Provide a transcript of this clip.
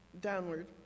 downward